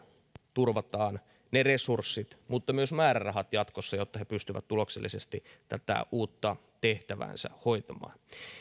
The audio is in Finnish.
turvataan ne resurssit ja myös määrärahat jatkossa jotta he pystyvät tuloksellisesti tätä uutta tehtäväänsä hoitamaan